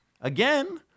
again